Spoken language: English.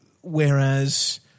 Whereas